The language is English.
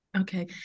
Okay